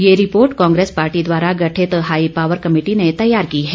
ये report Congress party द्वारा गठित हाई पावर कमेटी ने तैयार की है